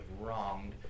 wronged